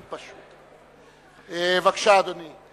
בבקשה, אדוני.